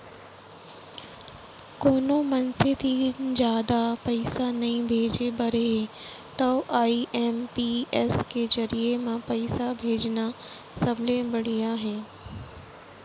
कोनो मनसे तीर जादा पइसा नइ भेजे बर हे तव आई.एम.पी.एस के जरिये म पइसा भेजना सबले बड़िहा हे